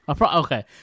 Okay